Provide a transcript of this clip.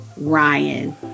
ryan